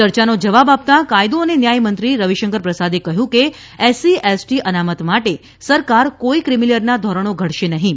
ચર્ચાનો જવાબ આપતાં કાયદો અને ન્યાયમંત્રી રવિશંકર પ્રસાદે કહ્યું કે એસસી એસટી અનામત માટે સરકાર કોઇ ક્રિમિલેયરના ધોરણો ઘડશે નહિં